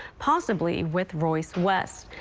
possibly with royce west.